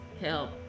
help